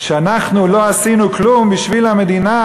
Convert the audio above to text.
שאנחנו לא עשינו כלום בשביל המדינה,